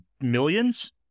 Millions